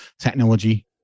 technology